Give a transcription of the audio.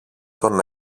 τον